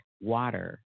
water